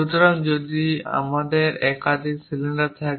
সুতরাং যদি আমাদের একাধিক সিলিন্ডার থাকে